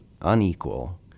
unequal